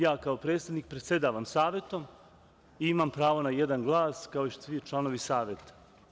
Ja, kao predsednik predsedavam Savetom i imam pravo na jedan glas kao i svi članovi Saveta.